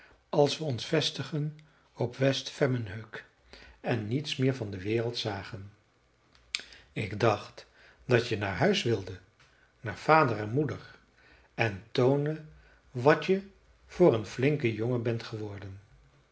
als we ons vestigden op west vemmenhög en niets meer van de wereld zagen ik dacht dat je naar huis wilde naar vader en moeder en toonen wat je voor een flinke jongen bent geworden